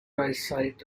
eyesight